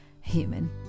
human